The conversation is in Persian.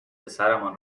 پسرمان